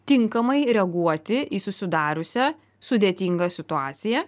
tinkamai reaguoti į susidariusią sudėtingą situaciją